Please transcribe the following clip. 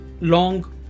long